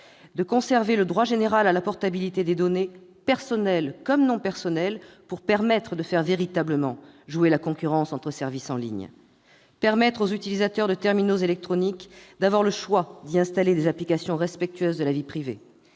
Il conservait le droit général à la portabilité des données, personnelles comme non personnelles, pour permettre de faire véritablement jouer la concurrence entre services en ligne. Il permettait aux utilisateurs de terminaux électroniques d'avoir le choix d'y installer des applications respectueuses de la vie privée.